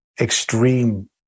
extreme